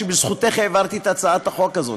שבזכותך העברתי את הצעת החוק הזאת,